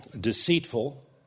deceitful